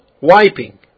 wiping